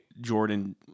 Jordan